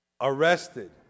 arrested